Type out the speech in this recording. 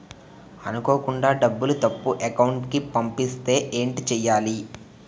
అనుకోకుండా డబ్బులు తప్పు అకౌంట్ కి పంపిస్తే ఏంటి చెయ్యాలి?